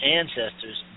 ancestors